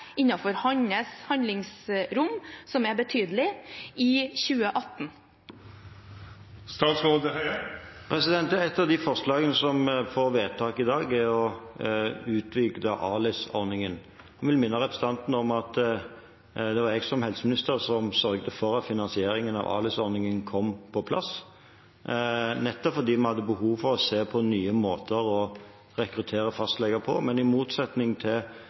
innenfor hans handlingsrom, som er betydelig, i 2018? Et av de forslagene som blir vedtatt i dag, er å utvide ALIS-ordningen. Jeg vil minne representanten om at det var jeg som helseminister som sørget for at finansieringen av ALIS-ordningen kom på plass, nettopp fordi vi hadde behov for å se på nye måter å rekruttere fastleger på. Men i motsetning til